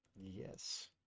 yes